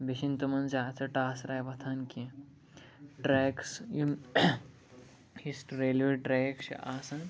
بیٚیہِ چھَنہٕ تِمَن زیادٕ سۄ ٹاسٕراے وۄتھان کیٚنٛہہ ٹرٛیکٕس یِم یُس ریلوے ٹرٛیک چھُ آسان